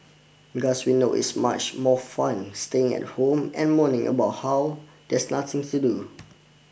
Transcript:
we know it's much more fun staying at home and moaning about how there is nothing to do